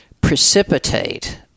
precipitate